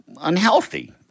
unhealthy